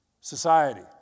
society